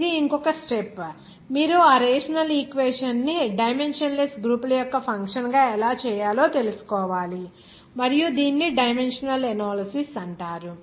ఇది ఇంకొక స్టెప్ మీరు ఆ రేషనల్ ఈక్వేషన్ ని డైమెన్షన్ లెస్ గ్రూపుల యొక్క ఫంక్షన్ గా ఎలా చేయాలో తెలుసుకోవాలి మరియు దీనిని డైమెన్షనల్ అనాలసిస్ అంటారు